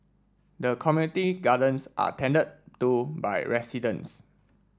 the community gardens are tended to by residents